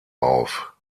auf